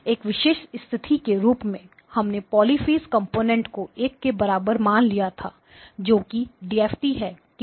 एक विशेष परिस्थिति के रूप में हमने पॉलिफेज कंपोनेंट्स को एक के बराबर मान लिया था जो कि डीएफटी DFT है